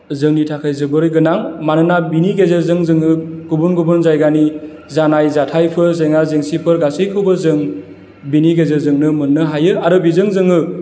जोंनि थाखाय जोबोरै गोनां मानोना बिनि गेजेरजों जोङो गुबुन गुबुन जायगानि जानाय जाथायफोर जेंना जेंसिफोर गासैखौबो जों बिनि गेजेरजोंनो मोननो हायो आरो बेजों जोङो